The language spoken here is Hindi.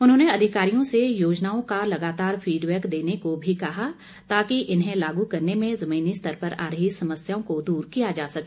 उन्होंने अधिकारियों से योजनाओं का लगातार फीडबैक देने को भी कहा था कि ताकि इन्हें लागू करने में जमीनी स्तर पर आ रही समस्याओं को दूर किया जा सके